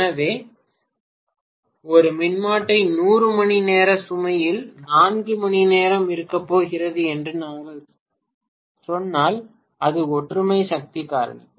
எனவே ஒரு மின்மாற்றி 100 மணிநேர சுமையில் 4 மணி நேரம் இருக்கப் போகிறது என்று நாங்கள் சொன்னால் இது ஒற்றுமை சக்தி காரணி